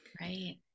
right